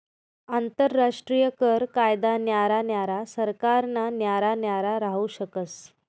आंतरराष्ट्रीय कर कायदा न्यारा न्यारा सरकारना न्यारा न्यारा राहू शकस